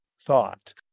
thought